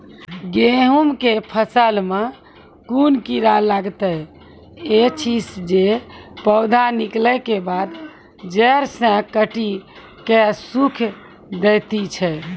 गेहूँमक फसल मे कून कीड़ा लागतै ऐछि जे पौधा निकलै केबाद जैर सऽ काटि कऽ सूखे दैति छै?